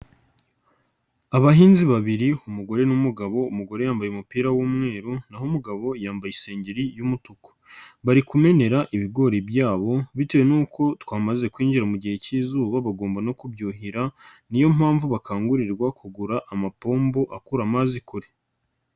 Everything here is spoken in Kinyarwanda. Abahinzi babiri umugore n'umugabo, umugore yambaye umupira w'umweru naho umugabo yambaye isengeri y'umutuku. Bari kumenera ibigori byabo bitewe n'uko twamaze kwinjira mu gihe cy'izuba bagomba no kubyuhira, niyo mpamvu bakangurirwa kugura amapombo akura amazi kure.